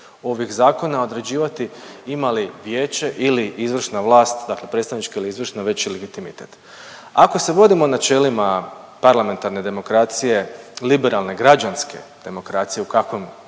ovih zakona, određivati ima li vijeće ili izvršna vlast, dakle predstavnička ili izvršna veći legitimitet. Ako se vodimo načelima parlamentarne demokracije, liberalne građanske demokracije u kakvom